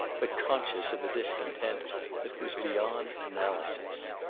but conscious of a discontent that was beyond analysis.